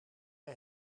bij